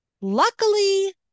Luckily